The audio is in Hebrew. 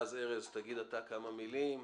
ארז יגיד כמה מילים,